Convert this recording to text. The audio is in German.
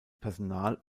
personal